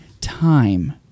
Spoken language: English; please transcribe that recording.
time